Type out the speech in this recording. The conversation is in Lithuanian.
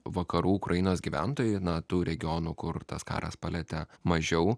vakarų ukrainos gyventojai nuo tų regionų kur tas karas palietė mažiau